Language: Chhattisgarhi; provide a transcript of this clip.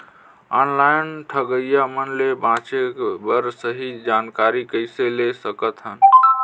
ऑनलाइन ठगईया मन ले बांचें बर सही जानकारी कइसे ले सकत हन?